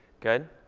good?